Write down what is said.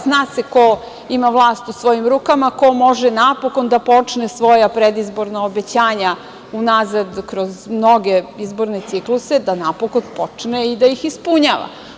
Zna se ko ima vlast u svojim rukama, ko može napokon da počne svoja predizborna obećanja unazad kroz mnoge izborne cikluse, da napokon počne i da ih ispunjava.